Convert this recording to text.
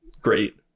great